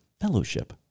Fellowship